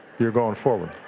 you're going forward.